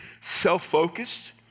self-focused